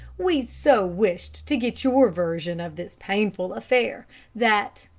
we so wished to get your version of this painful affair that,